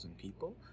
people